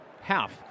half